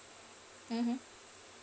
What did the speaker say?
mmhmm